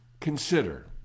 Consider